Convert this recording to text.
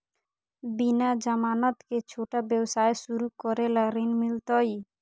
बिना जमानत के, छोटा व्यवसाय शुरू करे ला ऋण मिलतई?